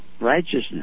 righteousness